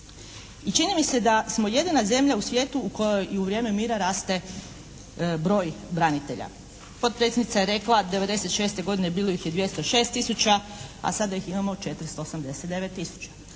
I čini mi se da smo jedina zemlja u svijetu u kojoj i u vrijeme mira raste broj branitelja. Potpredsjednica je rekla 1996. godine bilo ih je 206 tisuća, a sada ih imamo 489 tisuća.